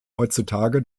heutzutage